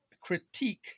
critique